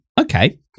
okay